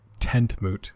Tentmoot